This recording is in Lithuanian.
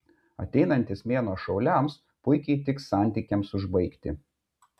ateinantis mėnuo šauliams puikiai tiks santykiams užbaigti